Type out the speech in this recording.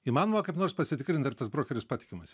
įmanoma kaip nors pasitikrint ar tas brokeris patikimas